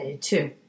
Two